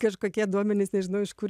kažkokie duomenys nežinau iš kur